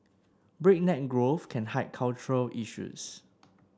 breakneck growth can hide cultural issues